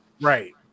Right